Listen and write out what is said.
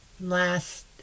last